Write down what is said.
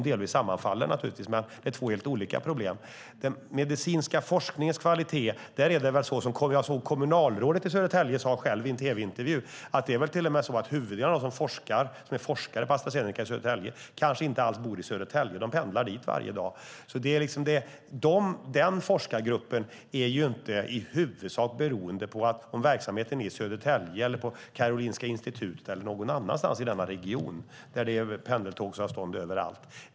De sammanfaller delvis, naturligtvis, men det är två helt olika problem. När det gäller den medicinska forskningens kvalitet är det så som kommunalrådet i Södertälje själv sade i en tv-intervju, att det till och med är så att huvuddelen av dem som är forskare på Astra Zeneca i Södertälje kanske inte alls bor i Södertälje. De pendlar i stället dit varje dag. Den forskargruppen är alltså inte i huvudsak beroende av om verksamheten är i Södertälje eller på Karolinska Institutet eller någon annanstans i denna region där det är pendeltågsavstånd överallt.